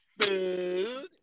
food